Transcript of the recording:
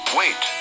wait